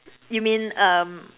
you mean um